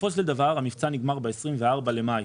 בסופו של דבר, המבצע נגמר ב-24 במאי.